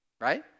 right